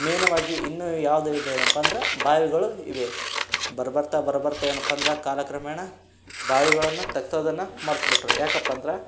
ಮೇನವಾಗಿ ಇನ್ನು ಯಾವುದು ಇದೆ ಏನಪ್ಪ ಅಂದ್ರೆ ಬಾವಿಗಳು ಇವೆ ಬರುಬರ್ತ ಬರುಬರ್ತ ಏನಪ್ಪ ಅಂದ್ರೆ ಕಾಲಕ್ರಮೇಣ ಬಾವಿಗಳನ್ನು ತೇಗ್ಸೋದನ್ನು ಮರ್ತು ಬಿಟ್ರು ಯಾಕಪ್ಪ ಅಂದ್ರೆ